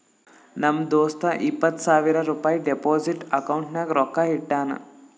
ನಮ್ ದೋಸ್ತ ಇಪ್ಪತ್ ಸಾವಿರ ರುಪಾಯಿ ಡೆಪೋಸಿಟ್ ಅಕೌಂಟ್ನಾಗ್ ರೊಕ್ಕಾ ಇಟ್ಟಾನ್